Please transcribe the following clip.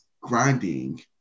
grinding